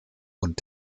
und